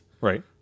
Right